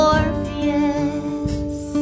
Orpheus